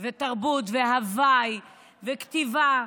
תרבות, הווי, כתיבה.